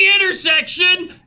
intersection